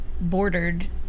bordered